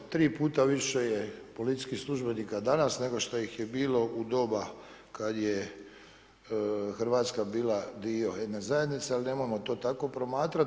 Tri puta više je policijskih službenika danas nego što ih je bilo u doba kad je Hrvatska bila dio jedne zajednice, ali nemojmo to tako promatrati.